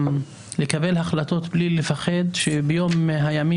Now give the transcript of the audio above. גם סביב סיפור הקניין הרוחני.